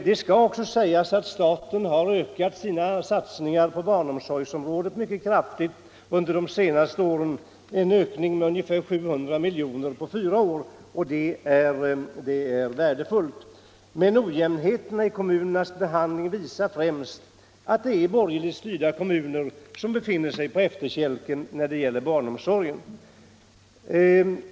Det skall också sägas att staten har ökat sina satsningar på barnomsorgsområdet mycket kraftigt under de senaste åren — en ökning med ungefär 700 milj.kr. på fyra år — och det är värdefullt. Ojämnheten i kommunernas behandling av dessa frågor visar att det främst är borgerligt styrda kommuner som befinner sig på efterkälken när det gäller barnomsorgen.